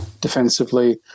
defensively